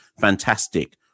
fantastic